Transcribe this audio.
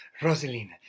Rosalina